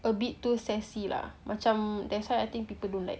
a bit too sassy lah macam that's why I think people don't like